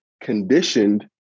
Conditioned